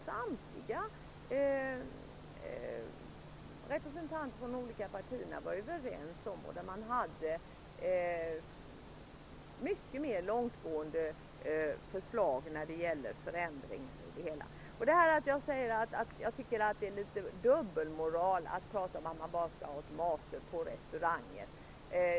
Samtliga representanter från olika partier var där överens. Lotteriutredningen hade mycket mer långtgående förslag om förändringar. Jag tycker att det är litet dubbelmoral att prata om att det bara skall finnas automater på restauranger.